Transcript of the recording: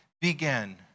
began